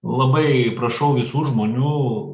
labai prašau visų žmonių